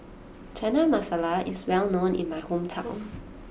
Chana Masala is well known in my hometown